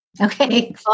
Okay